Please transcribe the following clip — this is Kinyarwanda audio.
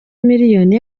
miliyoni